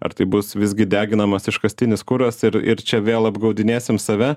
ar tai bus visgi deginamas iškastinis kuras ir ir čia vėl apgaudinėsim save